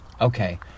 Okay